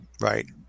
Right